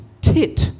tit